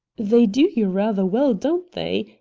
they do you rather well, don't they?